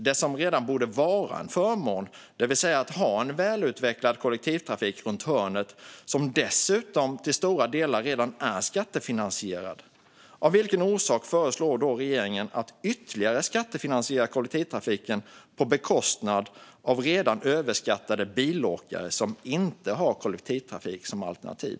Det borde vara en förmån att ha en välutvecklad kollektivtrafik runt hörnet som dessutom till stora delar redan är skattefinansierad. Av vilken orsak föreslår därför regeringen att man ytterligare ska skattefinansiera kollektivtrafiken på bekostnad av redan överbeskattade bilåkare som inte har kollektivtrafik som alternativ?